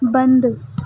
بند